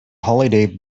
holiday